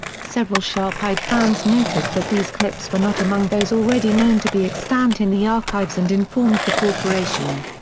several sharp-eyed fans noticed that these clips were not among those already known to be extant in the archives and informed the corporation.